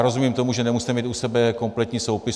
Rozumím tomu, že nemusíte mít u sebe kompletní soupis.